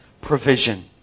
provision